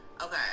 Okay